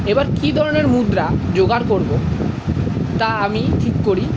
এবার কি ধরণের মুদ্রা জোগাড় করব তা আমি ঠিক করি